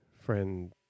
friend